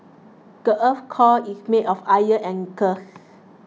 the earth's core is made of iron and